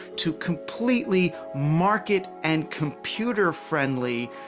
to completely market and computer-friendly,